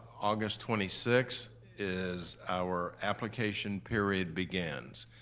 august twenty six, is our application period begins.